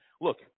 Look